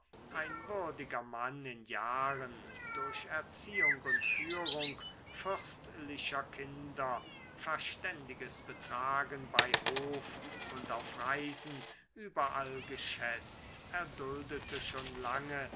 ein würdiger mann in jahren durch erziehung und führung fürstlicher kinder verständiges betragen bei hof und auf reisen überall geschätzt erduldete schon lange